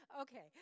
Okay